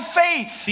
faith